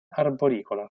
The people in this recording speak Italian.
arboricola